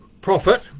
profit